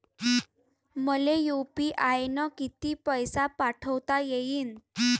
मले यू.पी.आय न किती पैसा पाठवता येईन?